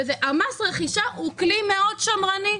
מס הרכישה הוא כלי מאוד שמרני,